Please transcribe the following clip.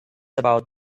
about